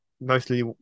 mostly